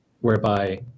whereby